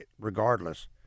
regardless